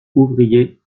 ouvriers